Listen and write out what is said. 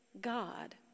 God